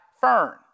fern